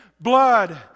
Blood